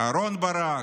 אהרן ברק,